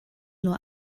nur